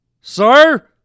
sir